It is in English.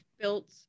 built